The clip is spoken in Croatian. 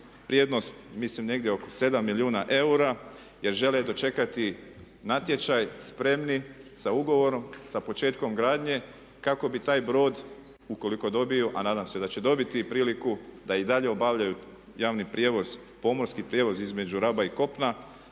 Vrijednost mislim negdje oko 7 milijuna eura jer žele dočekati natječaj spremni sa ugovorom, sa početkom gradnje kako bi taj broj ukoliko dobiju a nadam se da će dobiti priliku da i dalje obavljaju javni prijevoz, pomorski prijevoz između Raba i kopna,